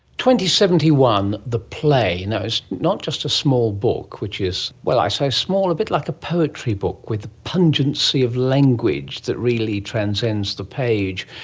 seventy one, the play. it's not just a small book, which is, well, i say small, a bit like a poetry book, with pungency of language that really transcends the page.